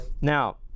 Now